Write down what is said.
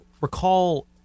recall